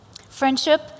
Friendship